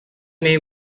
mae